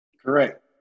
Correct